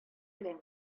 белән